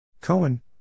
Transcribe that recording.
Cohen